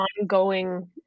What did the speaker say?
ongoing